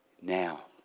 now